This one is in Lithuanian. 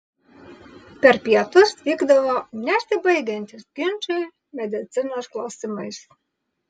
per pietus vykdavo nesibaigiantys ginčai medicinos klausimais